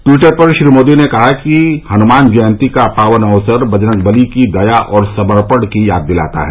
Twitter पर श्री मोदी ने कहा कि हनुमान जयंती का पावन अवसर बजरंग बली की दया और समर्पण की याद दिलाता है